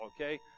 okay